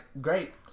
great